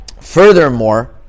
furthermore